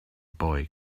boy